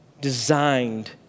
designed